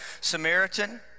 Samaritan